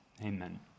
amen